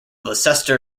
leicester